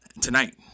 Tonight